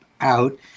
out